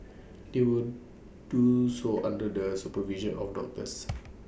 they will do so under the supervision of doctors